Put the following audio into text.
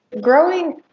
Growing